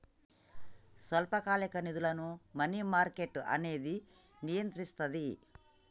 స్వల్పకాలిక నిధులను money market అనేది నియంత్రిస్తది